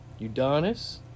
Udonis